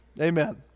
Amen